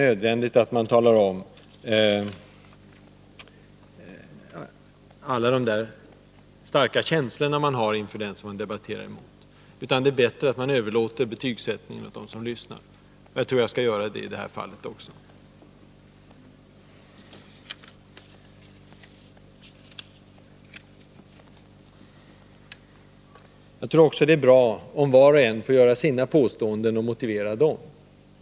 Man måste inte redovisa alla de starka känslor 87 man har inför den som man debatterar mot. Det är bättre att överlåta betygsättningen åt dem som lyssnar. Jag skall göra det också i det här fallet. Jag tror också att det är bra om var och en får göra sina påståenden och motivera dem.